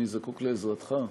אני זקוק לעזרתך,